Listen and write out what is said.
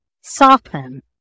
soften